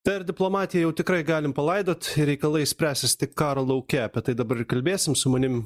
tai ar diplomatiją jau tikrai galim palaidot reikalai spręsis tik karo lauke apie tai dabar kalbėsim su manim